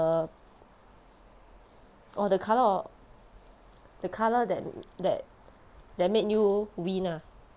orh the colour the colour that that that made you win ah